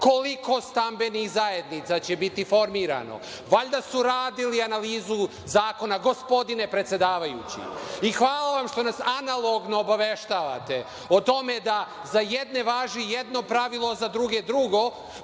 koliko stambenih zajednica će biti formirano? Valjda su radili analizu zakona, gospodine predsedavajući.I hvala vam što nas analogno obaveštavate o tome da za jedne važi jedno pravilo, a za druge drugo,